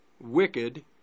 wicked